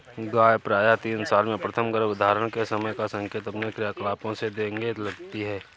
गाय प्रायः तीन साल में प्रथम गर्भधारण के समय का संकेत अपने क्रियाकलापों से देने लगती हैं